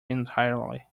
entirely